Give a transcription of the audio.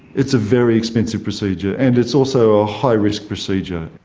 it's a very expensive procedure, and it's also a high risk procedure.